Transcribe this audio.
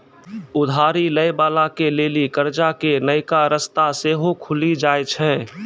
उधारी लै बाला के लेली कर्जा के नयका रस्ता सेहो खुलि जाय छै